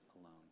alone